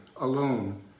alone